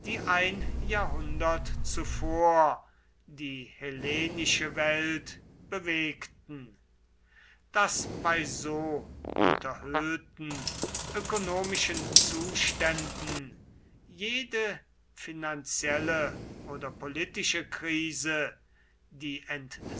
ein jahrhundert zuvor die hellenische welt bewegten daß bei so unterhöhlten ökonomischen zuständen jede finanzielle oder politische krise die